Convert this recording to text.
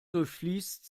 durchfließt